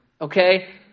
okay